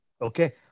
Okay